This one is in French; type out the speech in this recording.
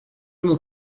mon